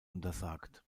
untersagt